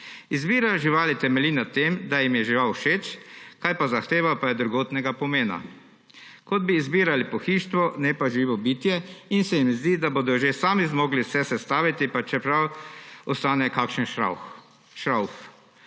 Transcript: Izbira živali temelji na tem, da jim je žival všeč, kaj zahteva, pa je drugotnega pometa. Kot bi izbirali pohištvo, ne pa živega bitja, in se jim zdi, da bodo že sami zmogli vse sestaviti, pa čeprav ostane kakšen šravf.